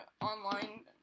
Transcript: online